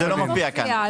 זה לא מופיע בפניכם.